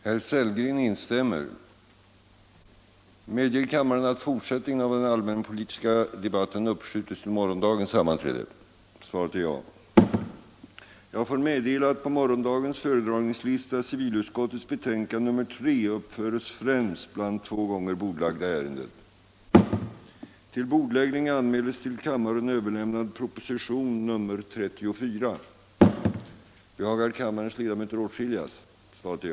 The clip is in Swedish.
Varje år ger industridepartementet ut publikationen Statliga företag. Den bild av den statliga företagssektorn som lämnas i denna är dock mycket ofullständig. Företagsgrupper av betydande storlek tas inte alls upp eller redovisas på ett sätt som gör det omöjligt att få någon uppfattning om deras utveckling. Det innebär att både riksdagens ledamöter och en intresserad allmänhet möter stora svårigheter om de vill få en klar bild av statens företagsengagemang. Dessa svårigheter förstärks av att riks dagens ledamöter inte heller har rätt att delta i de statliga företagens bolagsstämmor och där ställa frågor.